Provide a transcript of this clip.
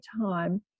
time